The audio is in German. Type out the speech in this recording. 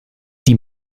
die